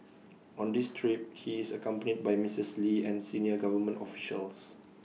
on this trip he is accompanied by Missus lee and senior government officials